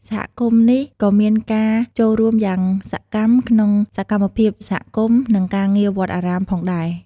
សហគមន៍នេះក៏មានការចូលរួមយ៉ាងសកម្មក្នុងសកម្មភាពសហគមន៍ និងការងារវត្តអារាមផងដែរ។